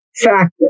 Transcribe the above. factor